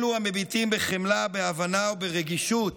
אלו המביטים בחמלה ובהבנה וברגישות